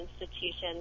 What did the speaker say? institutions